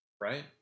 right